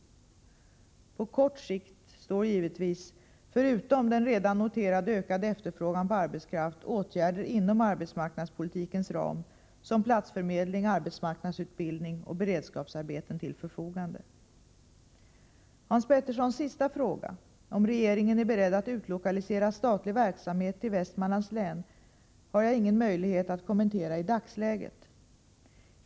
På kort sikt står givetvis, förutom den redan noterade ökade efterfrågan på arbetskraft, åtgärder inom arbetsmarknadspolitikens ram som platsförmedling, arbetsmarknadsutbildning och beredskapsarbeten till förfogande. Hans Peterssons sista fråga, om regeringen är beredd att utlokalisera statlig verksamhet till Västmanlands län, har jag ingen möjlighet att kommentera i dagsläget.